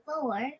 four